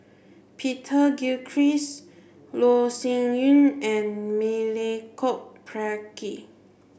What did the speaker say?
Peter Gilchrist Loh Sin Yun and Milenko Prvacki